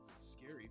scary